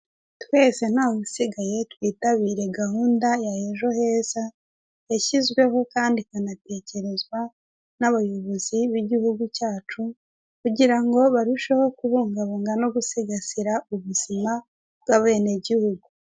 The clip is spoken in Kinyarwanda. U Rwanda rufite intego yo kongera umukamo n'ibikomoka ku matungo, niyo mpamvu amata bayakusanyiriza hamwe, bakayazana muri kigali kugira ngo agurishwe ameze neza yujuje ubuziranenge.